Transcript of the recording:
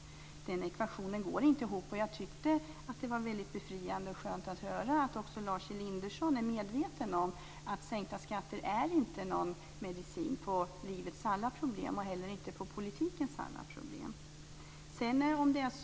Den ekvationen går inte ihop, och jag tyckte att det var väldigt befriande och skönt att höra att också Lars Elinderson är medveten om att sänkta skatter inte är någon medicin för livets alla problem och inte heller för politikens alla problem.